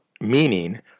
meaning